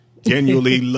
genuinely